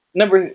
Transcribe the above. number